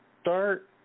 start